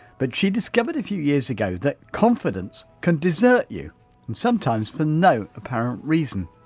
but she discovered a few years ago that confidence can desert you and sometimes for no apparent reason.